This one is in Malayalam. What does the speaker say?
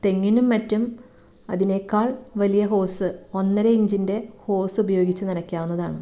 തെങ്ങിനും മറ്റും അതിനേക്കാൾ വലിയ ഹോസ് ഒന്നരയിഞ്ചിൻ്റെ ഹോസ് ഉപയോഗിച്ച് നനയ്ക്കാവുന്നതാണ്